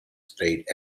state